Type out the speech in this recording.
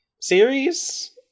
series